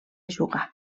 jugar